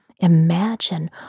Imagine